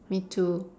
me too